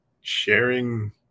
sharing